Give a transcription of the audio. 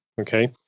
okay